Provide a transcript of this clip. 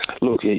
Look